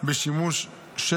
המצלמות.